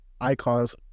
icons